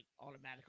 automatically